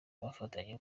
bafatanya